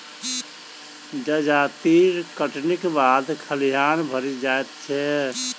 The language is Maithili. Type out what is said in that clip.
जजाति कटनीक बाद खरिहान भरि जाइत छै